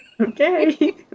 Okay